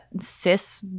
cis